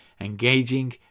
engaging